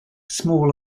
small